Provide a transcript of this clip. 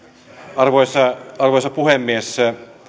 arvoisa arvoisa puhemies